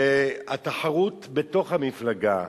התחרות בתוך המפלגה,